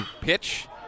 pitch